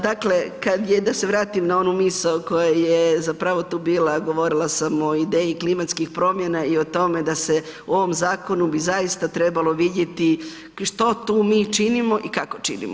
Dakle, kad je, da se vratim na onu misao koja je zapravo tu bila, govorila sam o ideju klimatskih promjena i o tome da se u ovom zakonu bi zaista trebalo vidjeti što tu mi činimo i kako činimo.